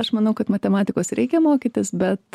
aš manau kad matematikos reikia mokytis bet